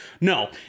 No